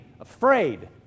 afraid